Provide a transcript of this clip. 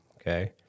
Okay